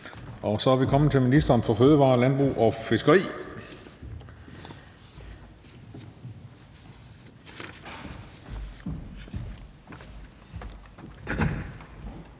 Så er vi kommet til ministeren for fødevarer, landbrug og fiskeri.